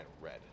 red